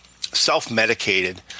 self-medicated